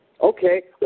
Okay